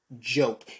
joke